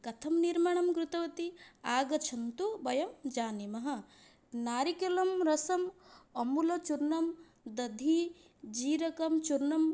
कथं निर्माणं कृतवती आगच्छन्तु वयं जानीमः नारिकेलं रसं अमूलचूर्णं दधि जीरकं चूर्णं